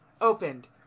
opened